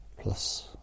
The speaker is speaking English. plus